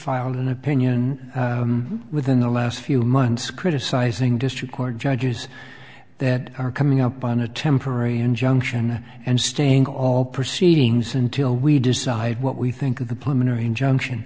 filed an opinion within the last few months criticizing district court judges that are coming up on a temporary injunction and staying all proceedings until we decide what we think of the plenary injunction